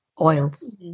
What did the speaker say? oils